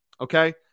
Okay